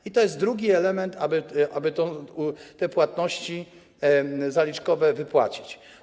I to jest drugi element, aby te płatności zaliczkowe wypłacić.